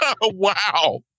wow